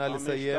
נא לסיים.